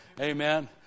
Amen